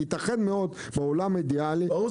ייתכן מאוד שבעולם אידיאלי היינו